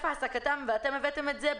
אתם הבאתם את זה.